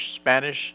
Spanish